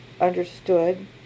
understood